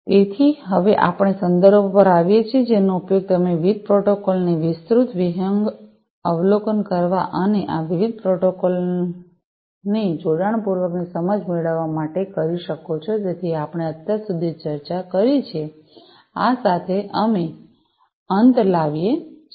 તેથી હવે આપણે સંદર્ભો પર આવીએ છીએ જેનો ઉપયોગ તમે વિવિધ પ્રોટોકોલોની વિસ્તૃત વિહંગાવલોકન કરવા અને આ વિવિધ પ્રોટોકોલોની જોડાણપૂર્વકની સમજ મેળવવા માટે કરી શકો છો કે જેની આપણે અત્યાર સુધી ચર્ચા કરી છે આ સાથે અમે અંત લાવીએ છીએ